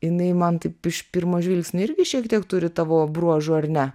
jinai man taip iš pirmo žvilgsnio irgi šiek tiek turi tavo bruožų ar ne